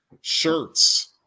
shirts